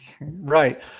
Right